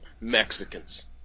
mexicans